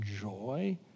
joy